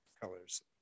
colors